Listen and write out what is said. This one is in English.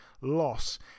loss